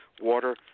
water